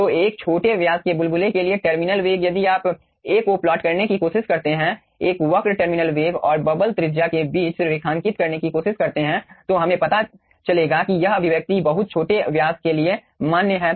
तो एक छोटे व्यास के बुलबुले के लिए टर्मिनल वेग यदि आप A को प्लॉट करने की कोशिश करते हैं एक वक्र टर्मिनल वेग और बबल त्रिज्या के बीच रेखांकित करने की कोशिश करते हैं तो हमें पता चलेगा कि यह अभिव्यक्ति बहुत छोटे व्यास के लिए मान्य है